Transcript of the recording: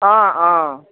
অঁ অঁ